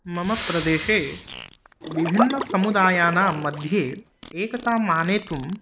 मम प्रदेशे विभिन्नसमुदायानां मध्ये एकताम् आनेतुं